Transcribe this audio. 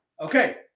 Okay